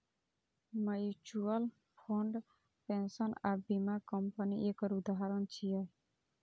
mutual fund, pension आ बीमा company एकर उदाहरण छियै